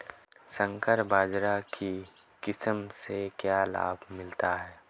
संकर बाजरा की किस्म से क्या लाभ मिलता है?